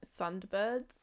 Thunderbirds